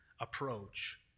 approach